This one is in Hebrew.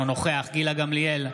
אינו נוכח גילה גמליאל,